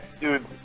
dude